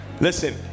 Listen